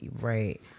right